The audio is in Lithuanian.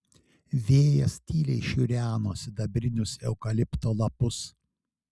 vėjas tyliai šiureno sidabrinius eukalipto lapus